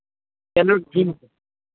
चलो ठीक है